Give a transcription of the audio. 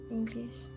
English